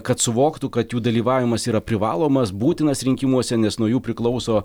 kad suvoktų kad jų dalyvavimas yra privalomas būtinas rinkimuose nes nuo jų priklauso